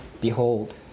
Behold